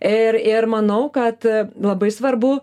ir ir manau kad labai svarbu